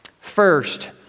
First